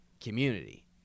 community